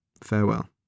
farewell